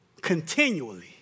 continually